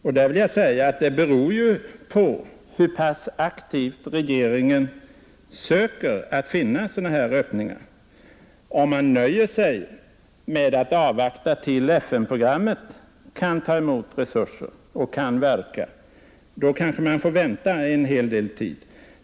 Jag vill säga att detta är beroende av hur pass aktivt regeringen söker finna sådana öppningar. Om man nöjer sig med att dröja till dess att FN-programmet kan ta emot resurser och starta en verksamhet, kan man kanske få vänta rätt lång tid.